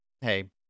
hey